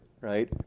right